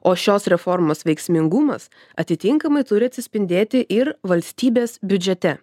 o šios reformos veiksmingumas atitinkamai turi atsispindėti ir valstybės biudžete